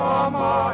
Mama